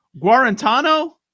Guarantano